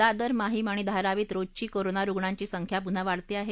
दादर माहीम आणि धारावीत रोजची कोरोना रुग्णांची संख्या पून्हा वाढते आहे